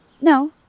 No